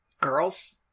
girls